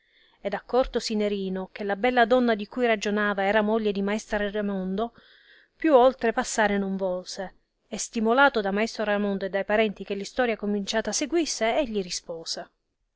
ed accortosi nerino che la bella donna di cui ragionava era moglie di maestro raimondo più oltre passare non volse e stimolato da maestro raimondo e da i parenti che l istoria cominciata seguisse egli rispose